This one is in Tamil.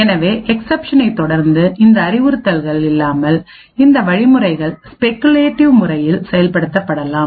எனவே எக்சப்ஷனை தொடர்ந்து இந்த அறிவுறுத்தல்கள் இல்லாமல் இந்த வழிமுறைகள் ஸ்பெகுலேட்டிவ் முறையில் செயல்படுத்தப்படலாம்